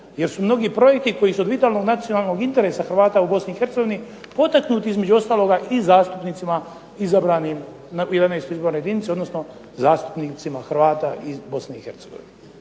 jer su mnogi projekti koji su od vitalnog nacionalnog interesa Hrvata u Bosni i Hercegovini potaknuti između ostaloga i zastupnicima izabranim na 11. izbornoj jedinici, odnosno zastupnicima Hrvata iz Bosne